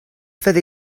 fyddi